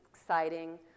exciting